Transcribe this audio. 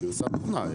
גרסת תוכנה.